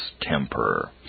temper